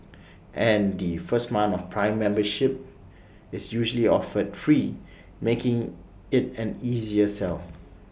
and the first month of prime membership is usually offered free making IT an easier sell